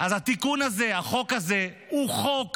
אז התיקון הזה, החוק הזה הוא חוק